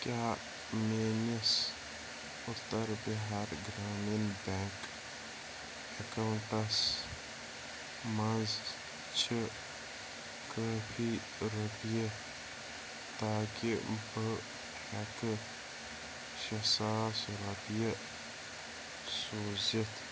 کیٛاہ میٛٲنِس Uttar Bihar Gramin bank accounts منٛز چھِ کٲفی رۄپیہِ تاکہِ بہٕ ہٮ۪کہٕ شےٚ ساس رۄپیہِ سوٗزِتھ